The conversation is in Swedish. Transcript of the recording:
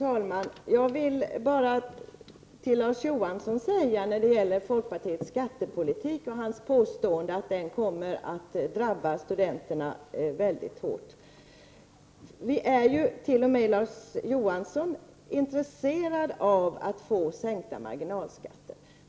Herr talman! Larz Johansson påstår att folkpartiets skattepolitik kommer att drabba studenterna mycket hårt. Vi är ju alla intresserade — t.o.m. Larz Johansson — av att få sänkta marginalskatter.